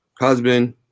husband